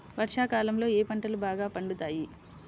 వర్షాకాలంలో ఏ పంటలు బాగా పండుతాయి?